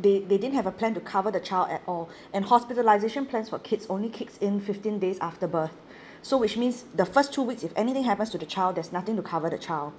they they didn't have a plan to cover the child at all and hospitalisation plans for kids only kicks in fifteen days after birth so which means the first two weeks if anything happens to the child there's nothing to cover the child